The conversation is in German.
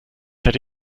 hätte